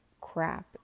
crap